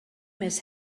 miss